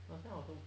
last time also